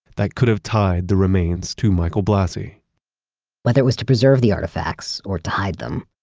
that could have tied the remains to michael blassi whether it was to preserve the artifacts or to hide them,